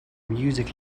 music